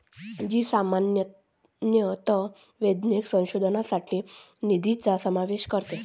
जी सामान्यतः वैज्ञानिक संशोधनासाठी निधीचा समावेश करते